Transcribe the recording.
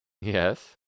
Yes